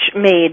made